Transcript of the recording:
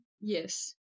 Yes